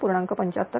75 बरोबर